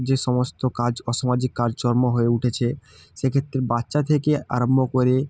যে সমস্ত কাজ অসামাজিক কারকর্ম হয়ে উঠেছে সে ক্ষেত্রে বাচ্চা থেকে আরম্ভ করে